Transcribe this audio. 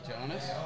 Jonas